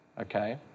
okay